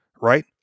right